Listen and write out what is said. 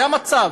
זה המצב.